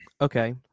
Okay